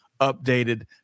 updated